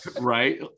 Right